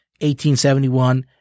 1871